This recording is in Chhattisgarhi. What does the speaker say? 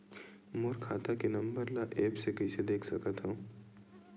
मोर खाता के नंबर ल एप्प से कइसे देख सकत हव?